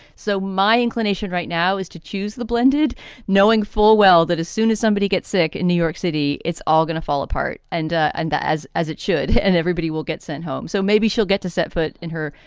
so my inclination right now is to choose the blended knowing full well that as soon as somebody gets sick in new york city, it's all going to fall apart and and as as it should and everybody will get sent home. so maybe she'll get to set foot in her,